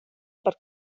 per